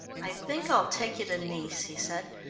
i think i'll take you to nice, he said.